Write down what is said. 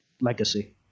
legacy